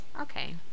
Okay